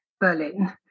Berlin